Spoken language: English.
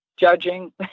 judging